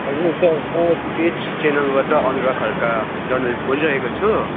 हजुर सर म पेज च्यानलबाट अनुराग खड्का जर्नलिस्ट बोलिरहेको छु